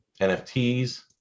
NFTs